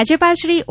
રાજ્યપાલ શ્રી ઓ